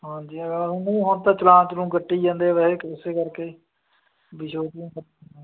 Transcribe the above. ਹਾਂਜੀ ਹੈਗਾ ਹੁਣ ਤਾਂ ਚਲਾਨ ਚਲੂਨ ਕੱਟੀ ਜਾਂਦੇ ਵੈਸੇ ਇਸੇ ਕਰਕੇ ਵੀ